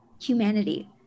humanity